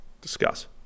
Discuss